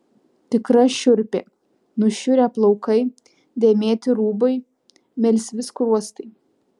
tikra šiurpė nušiurę plaukai dėmėti rūbai melsvi skruostai